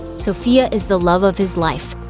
sophia is the love of his life.